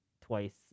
twice